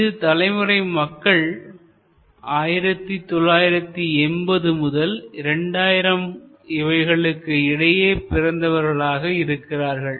இந்த தலைமுறை மக்கள் 1980 முதல் 2000 இவைகளுக்கு இடையே பிறந்தவர்களாக இருக்கிறார்கள்